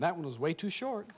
that was way too short